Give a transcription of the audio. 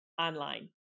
online